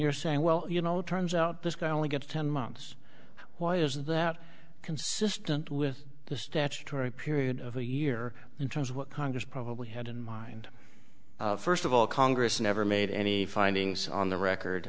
you're saying well you know it turns out this guy only gets ten months why is that consistent with the statutory period of a year in terms of what congress probably had in mind first of all congress never made any findings on the record